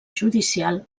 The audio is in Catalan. judicial